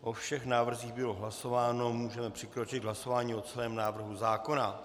O všech návrzích bylo hlasováno, můžeme přikročit k hlasování o celém návrhu zákona.